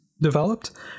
developed